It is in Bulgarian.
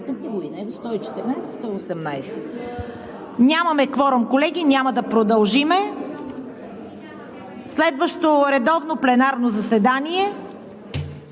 Нямаме кворум, колеги, няма да продължим. Следващото редовно пленарно заседание